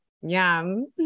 Yum